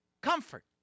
comfort